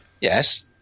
Yes